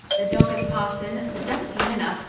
the dog and parson, the dusty miller,